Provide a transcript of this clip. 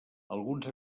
alguns